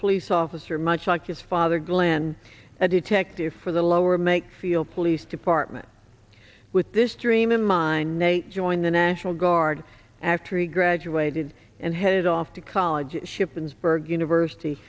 police officer much like his father glen a detective for the lower make feel police department with this dream in mind they joined the national guard after he graduated and headed off to college shippensburg university